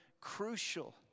crucial